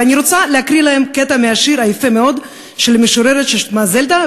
ואני רוצה להקריא להם קטע משיר יפה מאוד של משוררת ששמה זלדה,